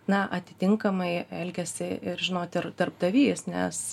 na atitinkamai elgiasi ir žinot ir darbdavys nes